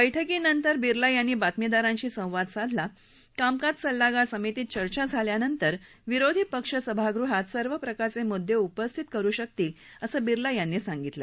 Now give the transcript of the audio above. बैठकीनंतर बिरला यांनी बातमीदारांशी संवाद साधला कामकाज सल्लागार समितीत चर्चा झाल्यानंतर विरोधी पक्ष सभागृहात सर्व प्रकारचे मुद्दे उपस्थित करु शकतील असं बिरला यांनी सांगितलं